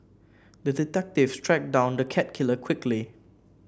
the detective tracked down the cat killer quickly